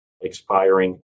expiring